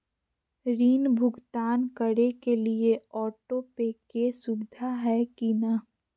ऋण भुगतान करे के लिए ऑटोपे के सुविधा है की न?